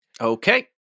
Okay